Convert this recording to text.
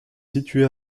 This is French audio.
située